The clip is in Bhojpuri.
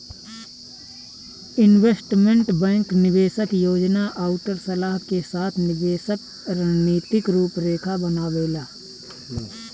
इन्वेस्टमेंट बैंक निवेश क योजना आउर सलाह के साथ साथ निवेश क रणनीति क रूपरेखा भी बनावेला